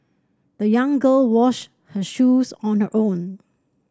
the young girl washed her shoes on her own